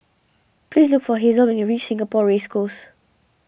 please look for Hasel when you reach Singapore Race Course